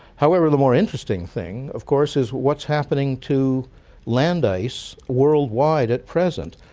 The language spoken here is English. however, the more interesting thing of course is what's happening to land ice worldwide at present.